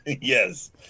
Yes